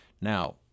now